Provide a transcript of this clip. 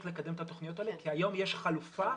קדם את התוכניות האלה כי היום יש חלופה